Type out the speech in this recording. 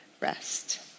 rest